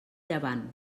llevant